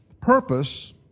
purpose